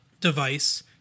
Device